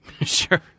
Sure